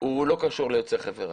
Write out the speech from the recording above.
לא קשור ליוצאי חבר העמים,